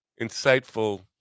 insightful